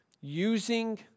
Using